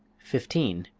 fifteen.